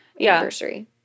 anniversary